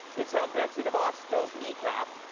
is how betsy devos spells knee cap.